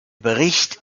bericht